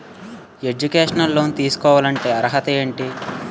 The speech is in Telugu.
ఎడ్యుకేషనల్ లోన్ తీసుకోవాలంటే అర్హత ఏంటి?